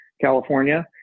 California